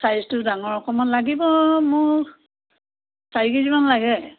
চাইজটো ডাঙৰ অকণমান লাগিব মোক চাৰি কেজিমান লাগে